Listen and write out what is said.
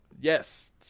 yes